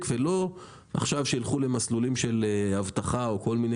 ולא עכשיו שילכו למסלולים של אבטחה או כל מיני